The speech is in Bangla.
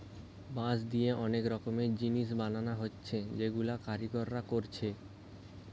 বাঁশ দিয়ে অনেক রকমের জিনিস বানানা হচ্ছে যেগুলা কারিগররা কোরছে